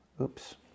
Oops